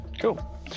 cool